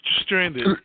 stranded